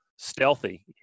stealthy